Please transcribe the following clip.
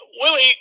Willie